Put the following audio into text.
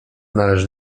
należy